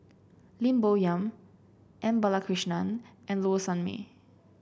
Lim Bo Yam M Balakrishnan and Low Sanmay